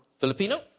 Filipino